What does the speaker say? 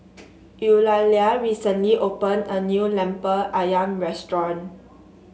Eulalia recently opened a new lemper ayam restaurant